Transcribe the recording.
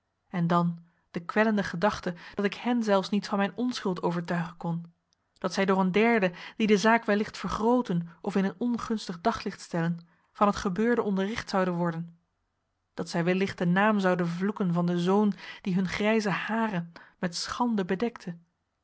en dan de kwellende gedachte dat ik hen zelfs niet van mijn onschuld overtuigen kon dat zij door een derde die de zaak wellicht vergrooten of in een ongunstig daglicht stellen van het gebeurde onderricht zouden worden dat zij wellicht den naam zouden vloeken van den zoon die hun grijze haren met schande bedekte